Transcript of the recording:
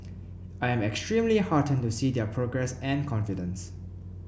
I am extremely heartened to see their progress and confidence